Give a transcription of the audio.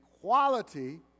quality